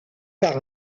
par